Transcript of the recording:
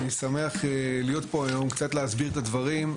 אני שמח להיות פה היום, קצת להסביר את הדברים.